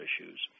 issues